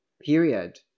period